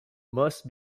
most